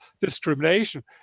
discrimination